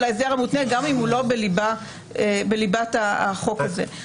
על ההסדר המותנה גם אם הוא לא בליבת החוק הזה.